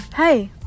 Hey